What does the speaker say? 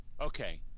Okay